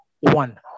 One